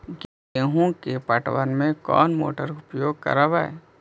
गेंहू के पटवन में कौन मोटर उपयोग करवय?